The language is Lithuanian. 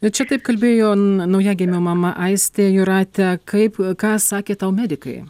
bet čia taip kalbėjo naujagimio mama aistė jūrate kaip ką sakė tau medikai